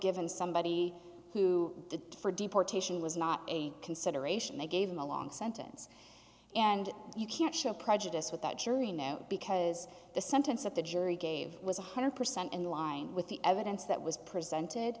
given somebody who did for deportation was not a consideration they gave him a long sentence and you can't show prejudice with that jury now because the sentence that the jury gave was one hundred percent in line with the evidence that was presented